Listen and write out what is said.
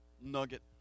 nugget